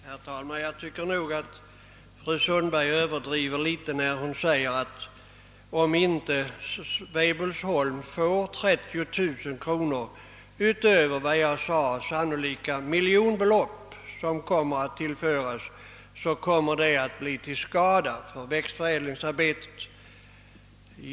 Herr talman! Jag tycker nog att fru Sundberg överdriver litet när hon säger att det kommer att bli till skada för växtförädlingsarbetet om inte Weibullsholm får 30000 kronor utöver de belopp av växtförädlingsavgifter som det sannolikt, som jag nämnde, blir fråga om.